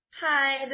Hi